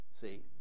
See